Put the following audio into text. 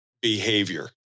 behavior